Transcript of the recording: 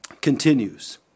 continues